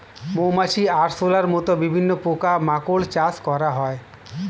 মৌমাছি, আরশোলার মত বিভিন্ন পোকা মাকড় চাষ করা হয়